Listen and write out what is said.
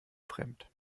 fremd